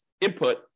input